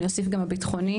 אני אוסיף גם הביטחוני.